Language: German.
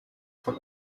von